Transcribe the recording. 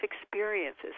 experiences